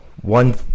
one